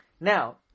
Now